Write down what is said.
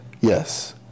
yes